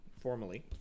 Formally